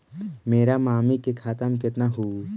मेरा मामी के खाता में कितना हूउ?